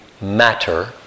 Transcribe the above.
matter